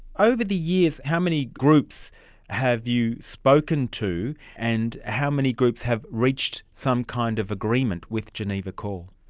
over the years, how many groups have you spoken to and how many groups have reached some kind of agreement with geneva call?